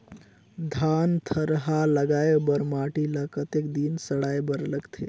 धान थरहा लगाय बर माटी ल कतेक दिन सड़ाय बर लगथे?